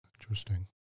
interesting